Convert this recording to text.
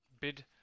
Bid